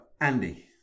Andy